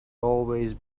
always